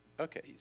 Okay